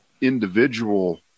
individual